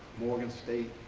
morgan state